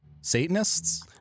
Satanists